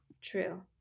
true